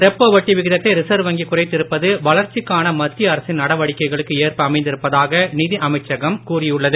repo வட்டி விகிதத்தை reserve வங்கி குறைத்திருப்பது வளர்ச்சிக்கான மத்திய அரசின் நடவடிக்கைகளுக்கு ஏற்ப அமைந்திருப்பதாக நிதி அமைச்சகம் கூறியுள்ளது